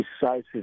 decisive